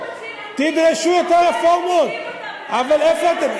תדרשו יותר רפורמות, איפה אתם?